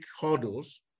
hurdles